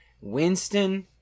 Winston